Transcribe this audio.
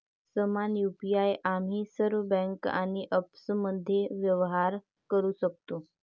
समान यु.पी.आई आम्ही सर्व बँका आणि ॲप्समध्ये व्यवहार करू शकतो